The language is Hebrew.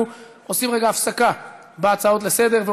אנחנו עושים רגע הפסקה בהצעות לסדר-היום